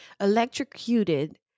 electrocuted